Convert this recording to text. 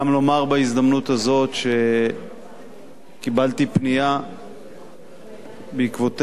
בהזדמנות הזאת שקיבלתי פנייה שבעקבותיה הנחיתי את